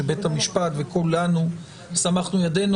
שבית המשפט וכולנו סמכנו ידינו,